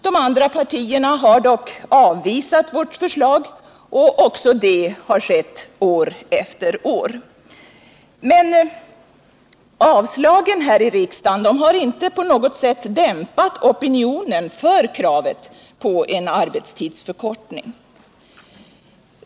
De andra partierna har dock avvisat vårt förslag, och också det har skett år efter år. Men avslagen här i riksdagen har inte på något sätt dämpat opinionen för kravet på en arbetstidsförkortning.